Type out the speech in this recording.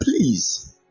Please